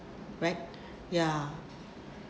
right right ya